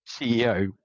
CEO